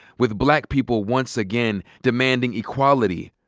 with black people once again demanding equality,